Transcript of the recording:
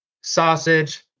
sausage